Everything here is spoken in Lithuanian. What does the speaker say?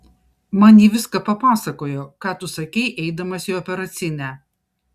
man ji viską papasakojo ką tu sakei eidamas į operacinę